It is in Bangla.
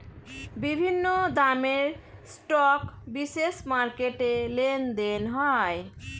বিভিন্ন দামের স্টক বিশেষ মার্কেটে লেনদেন হয়